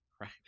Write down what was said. Right